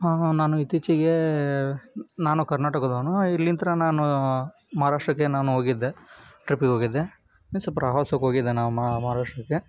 ಹಾಂ ಹಾಂ ನಾನು ಇತ್ತೀಚೆಗೆ ನಾನು ಕರ್ನಾಟಕದವನು ಇಲ್ಲಿಂದ ನಾನು ಮಹಾರಾಷ್ಟ್ರಕ್ಕೆ ನಾನು ಹೋಗಿದ್ದೆ ಟ್ರಿಪ್ಪಿಗೆ ಹೋಗಿದ್ದೆ ಮೀನ್ಸ್ ಪ್ರವಾಸಕ್ಕೋಗಿದ್ದೆ ನಾನು ಮಹಾರಾಷ್ಟ್ರಕ್ಕೆ